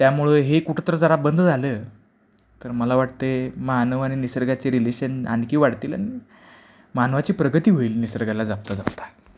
त्यामुळे हे कुठंतर जरा बंद झालं तर मला वाटत आहे मानव आणि निसर्गाचे रिलेशन आणखी वाढतील आणि मानवाची प्रगती होईल निसर्गाला जपता जपता